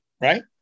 right